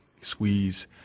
squeeze